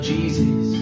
Jesus